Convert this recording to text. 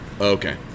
Okay